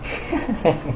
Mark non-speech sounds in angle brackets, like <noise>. <laughs>